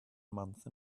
month